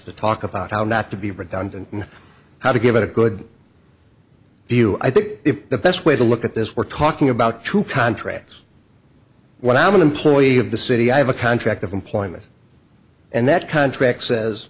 to talk about how not to be redundant and how to give a good view i think the best way to look at this we're talking about two contracts when i'm an employee of the city i have a contract of employment and that contract says